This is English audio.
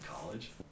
college